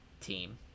team